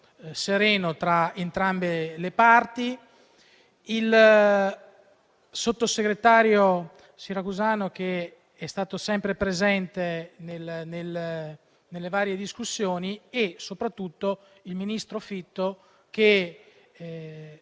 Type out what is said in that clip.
sereno da entrambe le parti. Ringrazio altresì il sottosegretario Siracusano, che è stato sempre presente nelle varie discussioni, e soprattutto il ministro Fitto, che